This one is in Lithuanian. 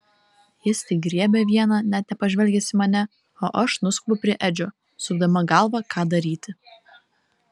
jis tik griebia vieną net nepažvelgęs į mane o aš nuskubu prie edžio sukdama galvą ką daryti